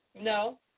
No